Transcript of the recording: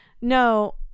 No